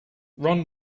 ron